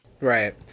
right